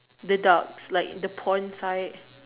the ducks like the pond side